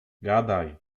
gadaj